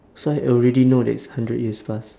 so I already know that it's hundred years plus